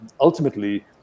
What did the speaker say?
ultimately